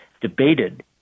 debated